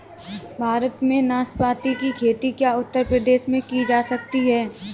भारत में नाशपाती की खेती क्या उत्तर प्रदेश में की जा सकती है?